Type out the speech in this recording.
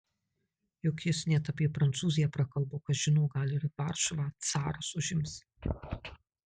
juk jis net apie prancūziją prakalbo kas žino gal ir varšuvą caras užims